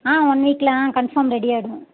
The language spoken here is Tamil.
ஆ ஒன் வீக்கில் ஆ கன்ஃபார்ம் ரெடி ஆகிடும்